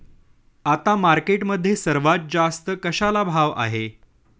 आता मार्केटमध्ये सर्वात जास्त कशाला भाव आहे?